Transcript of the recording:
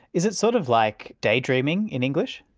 is it sort of like daydreaming, in english?